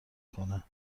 کنه